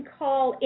call